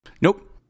Nope